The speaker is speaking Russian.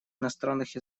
иностранных